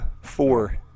four